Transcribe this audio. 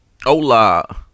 Hola